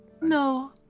No